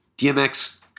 dmx